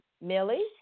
Millie